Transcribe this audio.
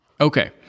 Okay